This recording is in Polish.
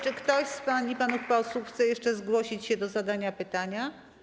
Czy ktoś z pań i panów posłów chciałby jeszcze zgłosić się do zadania pytania?